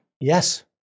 Yes